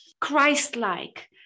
Christ-like